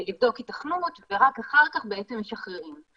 לבדוק היתכנות ורק אחר כך בעצם משחררים.